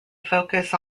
focus